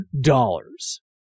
dollars